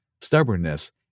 stubbornness